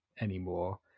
anymore